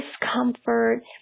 discomfort